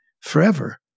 forever